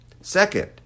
Second